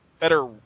Better